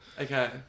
Okay